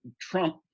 Trump